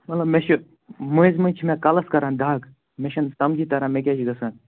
مطلب مےٚ چھِ مٔنٛزۍ مٔنٛزۍ چھِ مےٚ کَلَس کران دَغ مےٚ چھِنہٕ سَمجھٕے تران مےٚ کیٛاہ چھِ گژھان